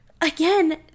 again